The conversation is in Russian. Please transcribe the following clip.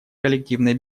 коллективной